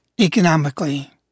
economically